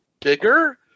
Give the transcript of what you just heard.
bigger